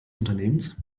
unternehmens